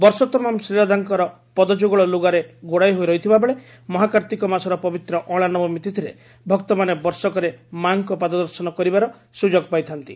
ବର୍ଷ ତମାମ୍ ଶ୍ରୀରାଧାଙ୍କ ପଦ ଯୁଗଳ ଲୁଗାରେ ଘୋଡାଇ ହୋଇ ରହିଥିବା ବେଳେ ମହାକାର୍ଭିକ ମାସର ପବିତ୍ର ଅଁଳା ନବମୀ ତିଥିରେ ଭକ୍ତମାନେ ବର୍ଷକରେ ମାଙ୍କ ପାଦ ଦର୍ଶନ କରିବାର ସୁଯୋଗ ପାଇଥାନ୍ତି